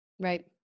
Right